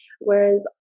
Whereas